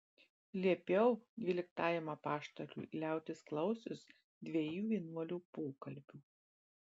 liepiau dvyliktajam apaštalui liautis klausius dviejų vienuolių pokalbių